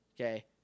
Okay